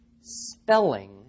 spelling